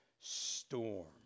storm